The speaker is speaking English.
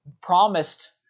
promised